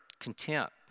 contempt